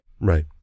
Right